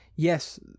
Yes